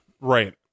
Right